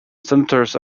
senators